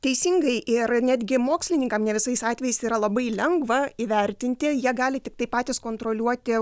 teisingai ir netgi mokslininkam ne visais atvejais yra labai lengva įvertinti jie gali tiktai patys kontroliuoti